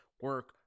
Work